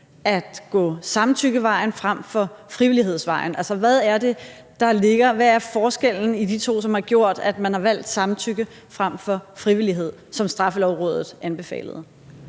at gå samtykkevejen frem for frivillighedsvejen? Altså, hvad er det, der ligger? Hvad er forskellen på de to, som har gjort, at man har valgt samtykke frem for frivillighed, som Straffelovrådet anbefalede?